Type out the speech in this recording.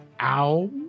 Ow